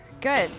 good